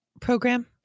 program